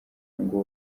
ngo